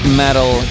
metal